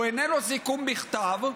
הוא איננו סיכום בכתב,